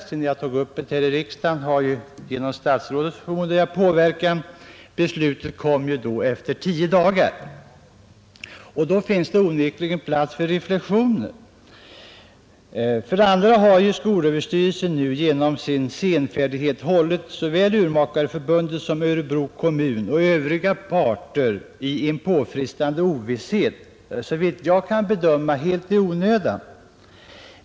Sedan jag tagit upp frågan här i riksdagen kom genom statsrådets — förmodar jag — påverkan beslutet efter tio dagar. Då finns det onekligen plats för reflexioner. Skolöverstyrelsen har nu, genom sin senfärdighet, hållit såväl Urmakareoch optikerförbundet som Örebro kommun och övriga parter i en påfrestande ovisshet — såvitt jag kan bedöma helt i onödan.